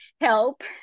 help